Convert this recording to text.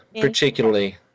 particularly